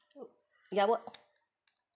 ya what